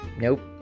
Nope